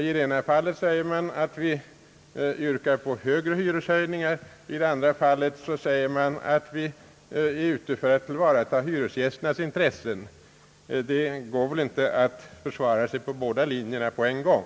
I ena fallet säger man att oppositionen yrkar på högre hyreshöjningar, i andra fallet säger man att den är ute för att tillvarata hyresgästernas intressen. Det går väl inte att försvara sig på båda linjerna på en gång?